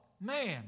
man